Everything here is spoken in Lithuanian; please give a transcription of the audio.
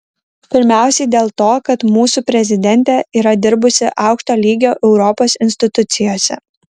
pirmiausiai dėl to kad mūsų prezidentė yra dirbusi aukšto lygio europos institucijose